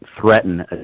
threaten